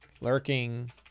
lurking